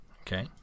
okay